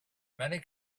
many